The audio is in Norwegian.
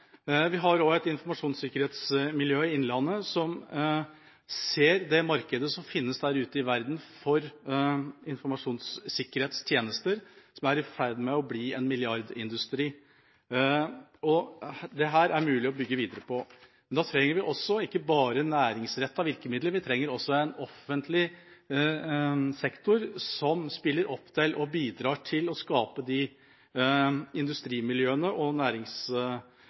Vi har òg et informasjonssikkerhetsmiljø i innlandet som ser det markedet for informasjonssikkerhetstjenester som finnes ute i verden, som er i ferd med å bli en milliardindustri, og dette er det mulig å bygge videre på. Da trenger vi ikke bare næringsrettede virkemidler. Vi trenger også en offentlig sektor som spiller opp til og bidrar til å skape de industrimiljøene og